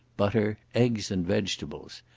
butter, eggs and vegetables.